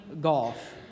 golf